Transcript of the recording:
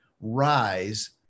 rise